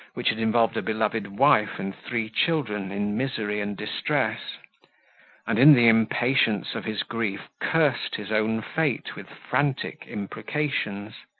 which had involved a beloved wife and three children in misery and distress and, in the impatience of his grief, cursed his own fate with frantic imprecations.